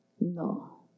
No